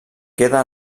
queda